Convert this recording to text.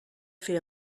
fer